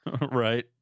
Right